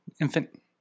infant